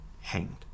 hanged